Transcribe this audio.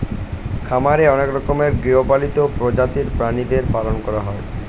খামারে অনেক রকমের গৃহপালিত প্রজাতির প্রাণীদের পালন করা হয়